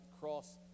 cross